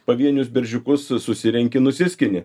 pavienius beržiukus sus susirenki nusiskini